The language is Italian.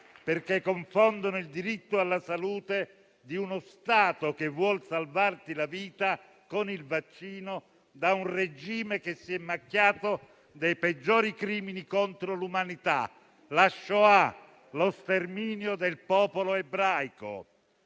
perché confondono il diritto alla salute in uno Stato che vuol salvarti la vita con il vaccino, da un regime che si è macchiato dei peggiori crimini contro l'umanità: la Shoah, lo sterminio del popolo ebraico.